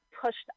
pushed